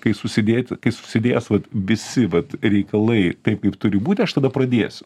kai susidėti kai susidėjęs vat visi vat reikalai taip kaip turi būti aš tada pradėsiu